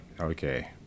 Okay